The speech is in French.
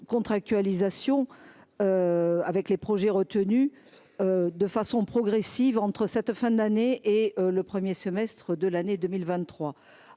contractualisation avec les projets retenus, de façon progressive entre cette fin d'année et le 1er semestre de l'année 2023